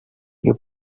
you